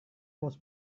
was